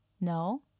No